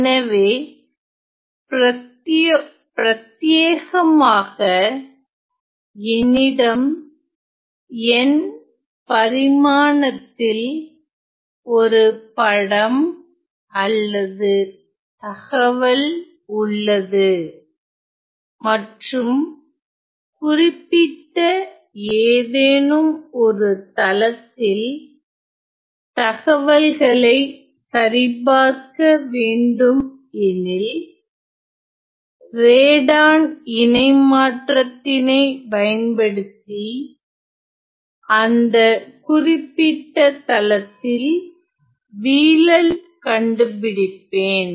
எனவே ப்ரத்தியேகமாக என்னிடம் n பரிமாணத்தில் ஒரு படம் அல்லது தகவல் உள்ளது மற்றும் குறிப்பிட்ட ஏதேனும் ஒரு தளத்தில் தகவல்களை சரிபார்க்க வேண்டும் எனில் ரேடான் இணைமாற்றத்தினை பயன்படுத்தி அந்த குறிப்பிட்ட தளத்தில் வீழல் கண்டுபிடிப்பேன்